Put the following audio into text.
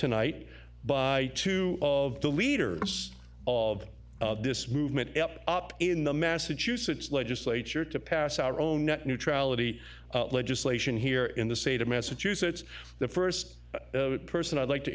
tonight by two of the leaders of this movement up in the massachusetts legislature to pass our own net neutrality legislation here in the state of massachusetts the first person i'd like to